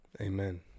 amen